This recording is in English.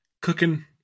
cooking